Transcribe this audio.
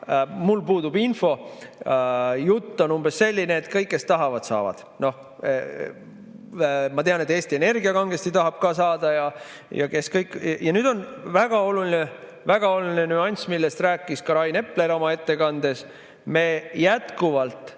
mul puudub info. Jutt on umbes selline, et kõik, kes tahavad, saavad. Noh, ma tean, et Eesti Energia kangesti tahab saada ja kes kõik. Ja nüüd on väga oluline nüanss, millest rääkis ka Rain Epler oma ettekandes: me jätkuvalt